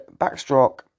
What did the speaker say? backstroke